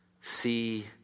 See